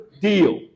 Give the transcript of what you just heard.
deal